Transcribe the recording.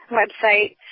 website